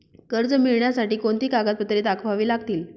कर्ज मिळण्यासाठी कोणती कागदपत्रे दाखवावी लागतील?